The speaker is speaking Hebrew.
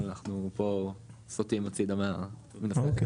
אנחנו פה סוטים הצידה מהנושא.